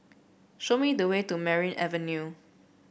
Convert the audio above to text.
show me the way to Merryn Avenue